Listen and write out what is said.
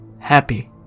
happy